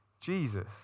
Jesus